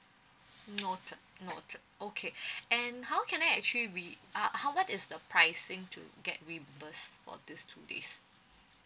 noted noted okay and how can I actually re~ how how much is the pricing to get reimburse for these two days